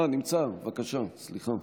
נמצא, בבקשה,